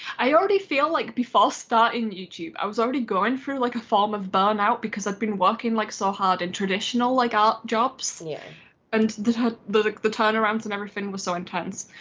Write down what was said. i already feel like before star in youtube i was already going through like a form of burnout because i'd been working like so hard in and traditional like art jobs and the but the turnarounds and everything was so intense.